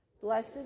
Blessed